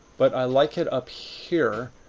but i like it up here,